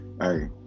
hey